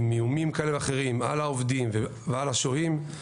עם איומים כאלה ואחרים על העובדים ועל השוהים,